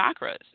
chakras